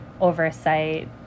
oversight